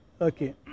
okay